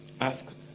ask